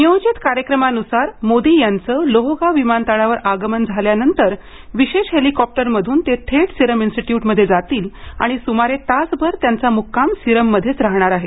नियोजित कार्यक्रमानुसार मोदी यांचं लोहगाव विमानतळावर आगमन झाल्यानंतर विशेष हेलिकॉप्टरमध्रन ते थेट सिरम इन्स्टिट्य्रटमध्ये जातील आणि सुमारे तासभर त्यांचा मुक्काम सिरम मध्येच राहणार आहे